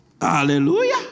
Hallelujah